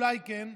אולי כן,